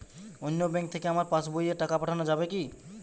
অন্য ব্যাঙ্ক থেকে আমার পাশবইয়ে টাকা পাঠানো যাবে কি?